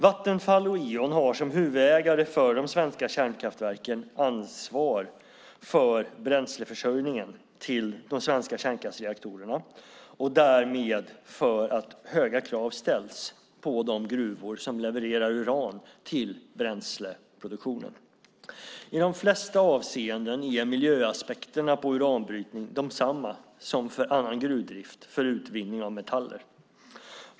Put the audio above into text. Vattenfall och Eon har som huvudägare för de svenska kärnkraftverken ansvar för bränsleförsörjningen till de svenska kärnkraftsreaktorerna och därmed för att höga krav ställs på de gruvor som levererar uran till bränsleproduktionen. I de flesta avseenden är miljöaspekterna på uranbrytning desamma som för annan gruvdrift för utvinning av metaller.